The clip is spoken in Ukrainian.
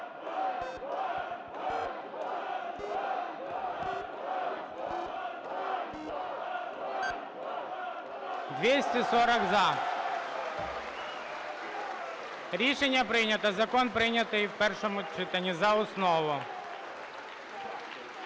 240 – за. Рішення прийнято. Закон прийнятий в першому читанні за основу.